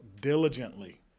diligently